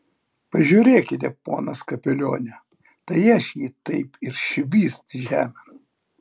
pažiūrėkite ponas kapelione tai aš jį taip ir švyst žemėn